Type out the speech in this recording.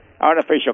Artificial